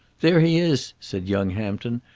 there he is, said young hampton.